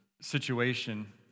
situation